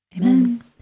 Amen